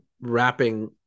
wrapping